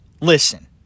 Listen